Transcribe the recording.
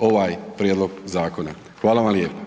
ovaj prijedlog zakona. Hvala vam lijepa.